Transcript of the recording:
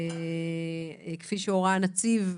כפי שהורה הנציב,